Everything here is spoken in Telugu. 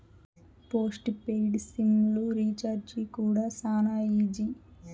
పోస్ట్ పెయిడ్ సిమ్ లు రీచార్జీ కూడా శానా ఈజీ